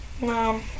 Mom